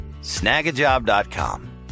Snagajob.com